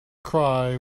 cry